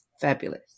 fabulous